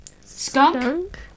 Skunk